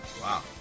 wow